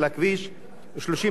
ערד צומת-שוקת,